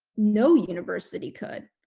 no university could.